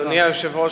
אדוני היושב-ראש,